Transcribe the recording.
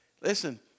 Listen